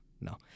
no